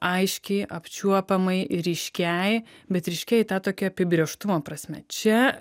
aiškiai apčiuopiamai ir ryškiai bet ryškiai ta tokia apibrėžtumo prasme čia